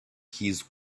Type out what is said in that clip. his